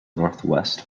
northwest